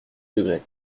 degrés